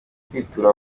kwitura